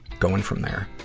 going from there.